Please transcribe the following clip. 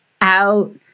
out